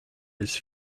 his